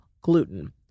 gluten